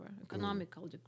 economical